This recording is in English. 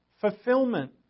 fulfillment